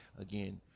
again